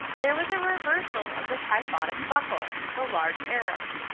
there was a reversal of the kyphotic buckle the large arrow.